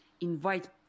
invite